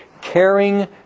caring